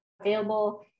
available